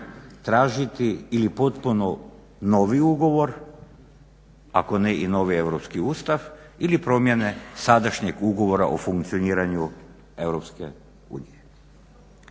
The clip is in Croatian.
tražiti ili potpuno novi ugovor ako ne i novi Europski ustav ili promjene sadašnjeg Ugovora o funkcioniranju EU. Kada se